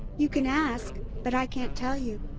you can ask but i can't tell you.